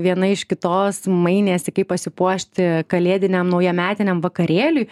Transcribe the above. viena iš kitos mainėsi kaip pasipuošti kalėdiniam naujametiniam vakarėliui